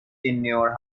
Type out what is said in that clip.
tenure